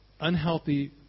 unhealthy